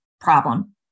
problem